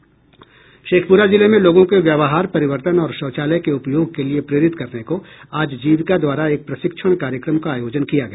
शेखपुरा जिले में लोगों के व्यवहार परिवर्तन और शौचालय के उपयोग के लिए प्रेरित करने को आज जीविका द्वारा एक प्रशिक्षण कार्यक्रम का आयोजन किया गया